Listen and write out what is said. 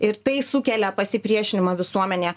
ir tai sukelia pasipriešinimą visuomenėje